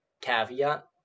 caveat